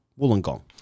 Wollongong